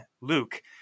Luke